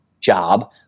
job